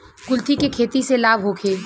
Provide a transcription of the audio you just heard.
कुलथी के खेती से लाभ होखे?